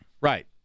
Right